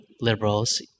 liberals